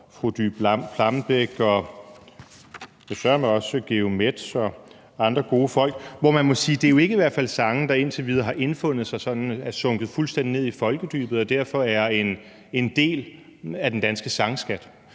og søreme også Georg Metz og andre gode folk, og hvor man i hvert fald må sige, at det ikke er sange, der indtil videre har indfundet sig og er sunket fuldstændig ned i folkedybet og derfor er en del af den danske sangskat.